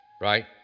right